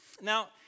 Now